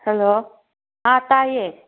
hello ꯇꯥꯏꯌꯦ